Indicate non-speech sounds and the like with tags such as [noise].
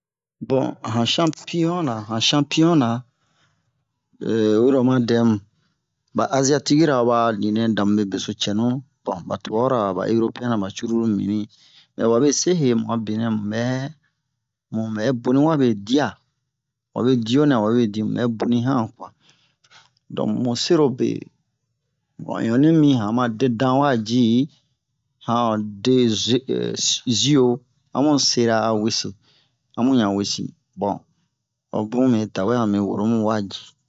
bon an shanpiɲon-na han shanpiɲon-na [hesitation] oyiro oma dɛ mu ɓa aziyatiki-ra ho ɓa a ninɛ damu beso cɛnu bon ɓa tubara ɓa eropeyɛn ɓa curulu mibin mɛ wabe se heyɛ mu a benɛ mu ɓɛ mu ɓɛ boni wabe diya wabe diyo-nɛ wawe di muɓɛ boni hɛn kuwa donk mu serobe bon in onni han ma de dan wa ji han de [hesitation] ziyo amu sera a wese amu ɲan wesi bon hobun mɛ tawɛ a mɛ woro mu wa ji [noise]